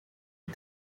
ihm